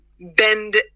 bend